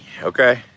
okay